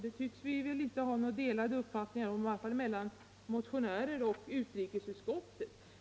Detta tycks det inte finnas några delade uppfattningar om, vare sig bland motionärerna eller i utrikesutskottet.